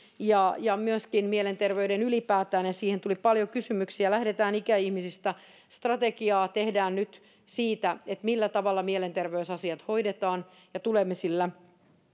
ja ja myöskin mielenterveyden ylipäätään ja siitä tuli paljon kysymyksiä lähdetään ikäihmisistä strategiaa tehdään nyt siitä millä tavalla mielenterveysasiat hoidetaan ja tulemme sillä